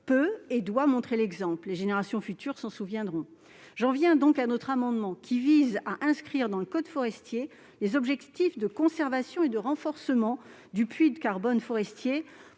peut et doit montrer l'exemple. Les générations futures s'en souviendront. Le présent amendement vise à inscrire, dans le code forestier, les objectifs de conservation et de renforcement du puits de carbone forestier,